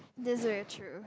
this very true